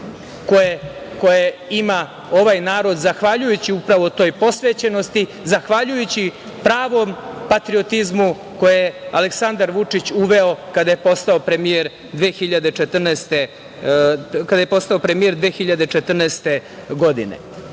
koju ima ovaj narod zahvaljujući upravo toj posvećenosti, zahvaljujući pravom patriotizmu koji je Aleksandar Vučić uveo kada je postao premijer 2014. godine. Naravno